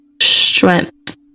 strength